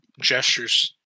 gestures